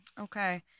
Okay